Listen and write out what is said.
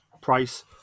price